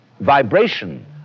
vibration